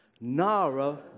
Nara